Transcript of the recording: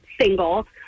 single